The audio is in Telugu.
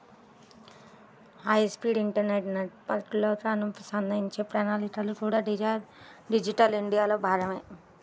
హైస్పీడ్ ఇంటర్నెట్ నెట్వర్క్లతో అనుసంధానించే ప్రణాళికలు కూడా డిజిటల్ ఇండియాలో భాగమే